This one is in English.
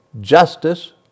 Justice